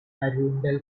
arundel